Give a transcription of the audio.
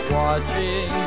watching